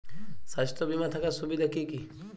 স্বাস্থ্য বিমা থাকার সুবিধা কী কী?